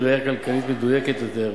בראייה כלכלית מדויקת יותר,